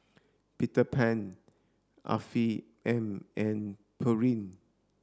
Peter Pan Afiq M and Pureen